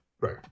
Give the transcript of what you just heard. Right